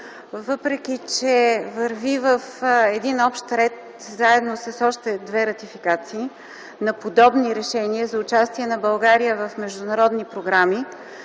въпреки че върви в един общ ред заедно с още две ратификации на подобни решения за участие на България в международни програми,